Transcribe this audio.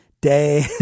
day